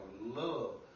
love